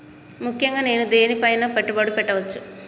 ముఖ్యంగా నేను దేని పైనా పెట్టుబడులు పెట్టవచ్చు?